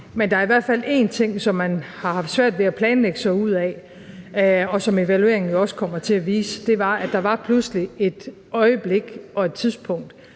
men der er i hvert fald én ting, som man har haft svært ved at planlægge sig ud af, hvilket evalueringen også kommer til at vise, var, at der pludselig var et øjeblik og et tidspunkt,